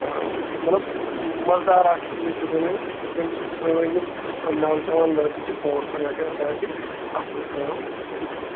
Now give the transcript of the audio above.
مطلب مزٕدار اَکھ چیٖز چھُ بنیومُت ییٚمہِ سۭتۍ سٲنۍ یِم نَوجَوان لٔڑکہٕ چھِ برونٛٹھ کُن ہٮ۪کان کانٛہہ تہِ اَصٕل کٲم کٔرِتھ